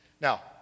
Now